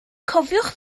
cofiwch